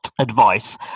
advice